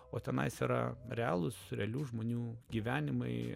o tenai yra realūs realių žmonių gyvenimai